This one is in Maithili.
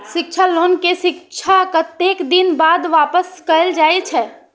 शिक्षा लोन के राशी कतेक दिन बाद वापस कायल जाय छै?